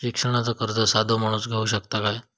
शिक्षणाचा कर्ज साधो माणूस घेऊ शकता काय?